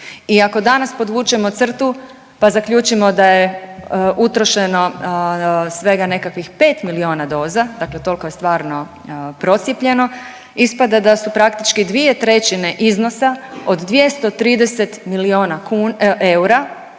I ako danas podvučeno crtu pa zaključimo da je utrošeno svega nekakvih 5 milijuna doza, dakle toliko je stvarno procijepljeno, ispada da su praktički 2/3 iznosa od 230 milijuna eura,